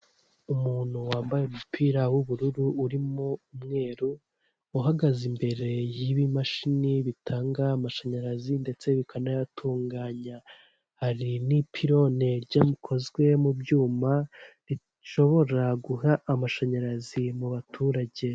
Umuntu wambaye umupira w'ubururu urimo umweru, uhagaze imbere y'ibimashini bitanga amashanyarazi ndetse bikanayatunganya, hari n'ipilone ryo rikozwe mu byuma rishobora guha amashanyarazi mu baturage.